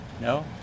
No